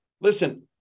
listen